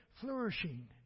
flourishing